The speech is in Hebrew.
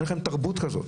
אין לכם תרבות כזאת.